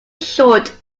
short